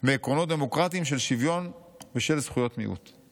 מעקרונות דמוקרטיים של שוויון ושל זכויות מיעוט.